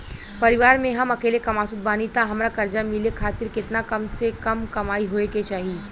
परिवार में हम अकेले कमासुत बानी त हमरा कर्जा मिले खातिर केतना कम से कम कमाई होए के चाही?